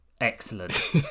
Excellent